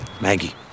Maggie